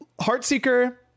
Heartseeker